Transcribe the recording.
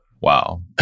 Wow